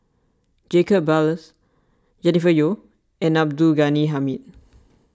Jacob Ballas Jennifer Yeo and Abdul Ghani Hamid